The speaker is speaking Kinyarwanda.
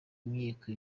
imyiko